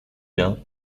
bien